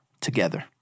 together